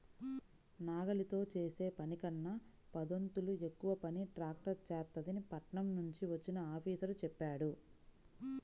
నాగలితో చేసే పనికన్నా పదొంతులు ఎక్కువ పని ట్రాక్టర్ చేత్తదని పట్నం నుంచి వచ్చిన ఆఫీసరు చెప్పాడు